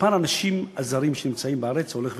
מספר האנשים הזרים שנמצאים בארץ הולך וגדל,